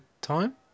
time